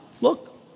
look